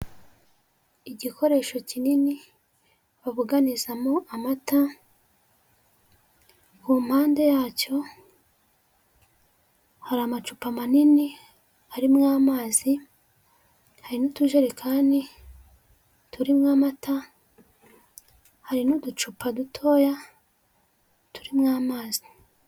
Igikoresho kinini babuganizamo amata, ku mpande yacyo hari amacupa manini arimo amazi, hari n'utujerekani turimo amata, hari n'uducupa dutoya turimo amazi.